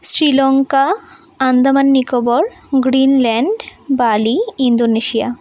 Sri Lanka Andaman Nicobar Greenland Bali Indonesia